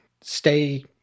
stay